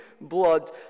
blood